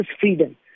freedom